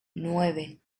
nueve